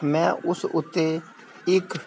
ਮੈਂ ਉਸ ਉੱਤੇ ਇੱਕ